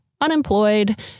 unemployed